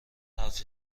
حرف